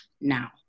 Now